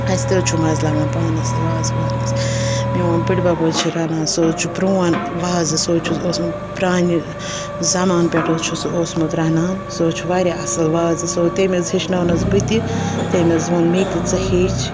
اَسہِ تہِ حظ چھُ مَزٕ لگان پانَس تہِ وازوانَس میون بٔڈِ بَب حظ چھِ رَنان سُہ حظ چھُ پرٛون وازٕ سُہ حظ چھُ اوسمُت پرٛانہِ زمان پٮ۪ٹھ حظ چھِ سُہ اوسمُت رَنان سُہ حظ چھِ واریاہ اَصٕل وازٕ سُہ تٔمۍ حظ ہیٚچھنٲونَس بہٕ تہِ تیٚم حظ ووٚن مےٚ تہِ ژٕ ہیٚچھ